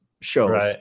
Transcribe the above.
shows